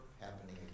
happening